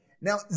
Now